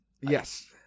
Yes